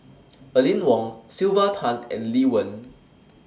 Aline Wong Sylvia Tan and Lee Wen